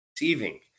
receiving